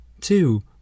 Two